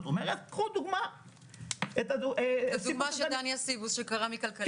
למשל הדוגמה של דניה סיבוס מכלכליסט.